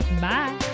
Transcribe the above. Bye